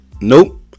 nope